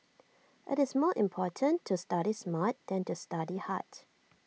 IT is more important to study smart than to study hard